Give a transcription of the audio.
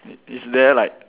is there like